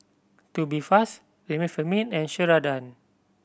Tubifast Remifemin and Ceradan